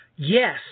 Yes